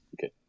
okay